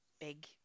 big